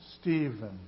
Stephen